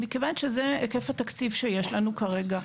מכיוון שזה היקף התקציב שיש לנו כרגע.